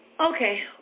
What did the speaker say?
Okay